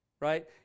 right